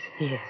Yes